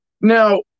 Now